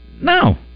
No